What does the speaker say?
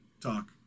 Talk